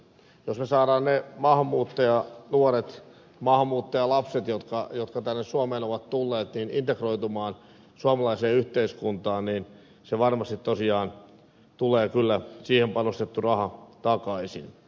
jos me saamme ne maahanmuuttajanuoret maahanmuuttajalapset jotka tänne suomeen ovat tulleet integroitumaan suomalaiseen yhteiskuntaan niin varmasti tosiaan siihen panostettu raha tulee kyllä takaisin